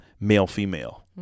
male-female